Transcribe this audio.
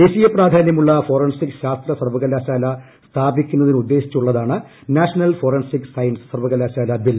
ദേശീയ പ്രാധാന്യമുള്ള ഫോറൻസിക് ശാസ്ത്രൂ സർവകലാശാല സ്ഥാപിക്കുന്നതിന് ഉദ്ദേശിച്ചുള്ളതാണ് ക്ലാഷണൽ ഫോറൻസിക് സയൻസ് സർവകലാശാല ബിൽ